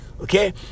Okay